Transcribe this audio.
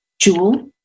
Jewel